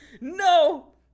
No